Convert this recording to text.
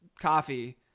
coffee